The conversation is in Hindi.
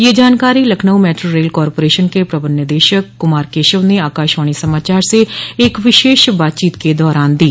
यह जानकारी लखनऊ मेट्रो रेल कारपोरेशन के प्रबंध निदेशक कुमार केशव ने आकाशवाणी समाचार से एक विशेष बातचीत के दारान दी